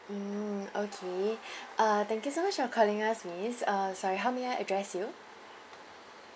mm okay uh thank you so much for calling us miss uh sorry how may I address you